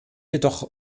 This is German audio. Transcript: jedoch